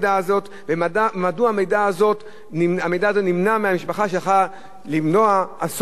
ומדוע נמנע מהמשפחה המידע הזה שיכול היה למנוע אסון כזה כבד.